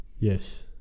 yes